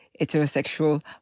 heterosexual